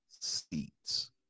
seats